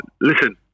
Listen